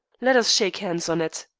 let us shake hands on it.